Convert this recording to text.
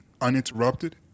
uninterrupted